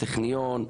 הטכניון,